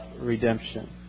redemption